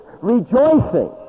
rejoicing